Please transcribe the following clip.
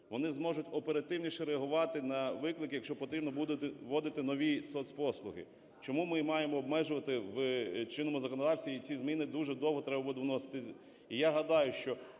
Вони зможуть оперативніше реагувати на виклики, якщо потрібно буде вводити нові соцпослуги. Чому ми і маємо обмежувати в чинному законодавстві? І ці зміни дуже довго треба буде вносити.